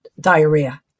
diarrhea